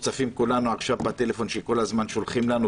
שכולנו עכשיו מוצפים בטלפון בהודעות שכל הזמן שולחים לנו,